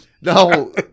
No